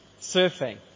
surfing